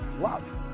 love